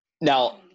Now